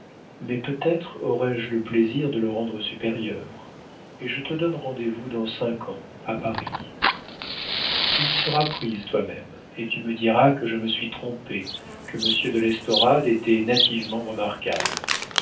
mais peut-être aurai-je le plaisir de le rendre supérieur et je te donne rendez-vous dans cinq ans à paris tu y seras prise toi-même et tu me diras que je me suis trompée que monsieur de l'estorade était nativement remarquable